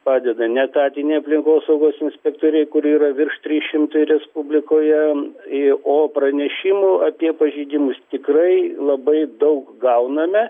padeda neetatiniai aplinkosaugos inspektoriai kurių yra virš trys šimtai respublikoje į o pranešimų apie pažeidimus tikrai labai daug gauname